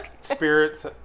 spirits